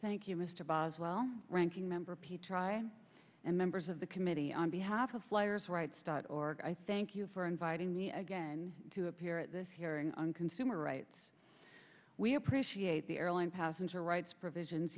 thank you mr boswell ranking member pete try and members of the committee on behalf of flyers rights dot org i thank you for inviting me again to appear at this hearing on consumer rights we appreciate the airline passenger rights provisions